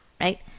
Right